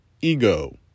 Ego